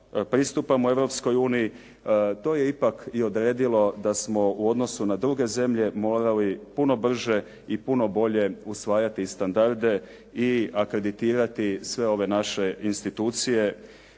Europskoj uniji. To je ipak i odredilo da smo u odnosu na druge zemlje morali puno brže i puno bolje usvajati standarde i akreditirati sve ove naše institucije